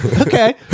Okay